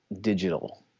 digital